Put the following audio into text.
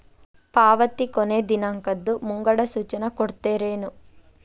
ಪಾವತಿ ಕೊನೆ ದಿನಾಂಕದ್ದು ಮುಂಗಡ ಸೂಚನಾ ಕೊಡ್ತೇರೇನು?